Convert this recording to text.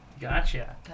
Gotcha